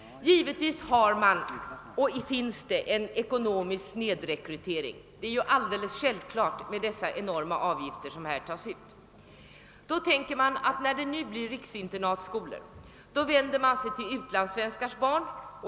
Givetvis finns det en ekonomisk snedrekrytering. Det är självklart med de enorma avgifter som tas ut. När det nu blir riksinternatskolor vänder man sig till utlandssvenskarnas barn.